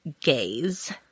gaze